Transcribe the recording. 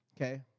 okay